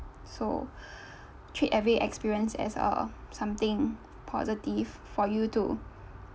so treat every experience as a something positive for you to